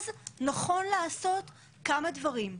אז נכון לעשות כמה דברים,